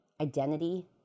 identity